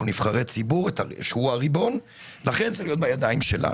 אנחנו נבחרי הציבור שהוא הריבון ולכן זה צריך להיות בידיים שלנו.